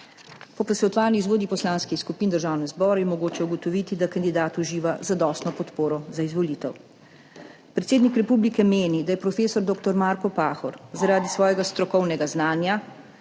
Po posvetovanjih z vodji poslanskih skupin v Državnem zboru je mogoče ugotoviti, da kandidat uživa zadostno podporo za izvolitev. Predsednik republike meni, da je profesor dr. Marko Pahor zaradi svojega strokovnega znanja,